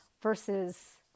versus